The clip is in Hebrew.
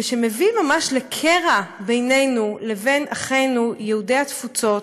ושמביא ממש לקרע בינינו לבין אחינו יהודי התפוצות,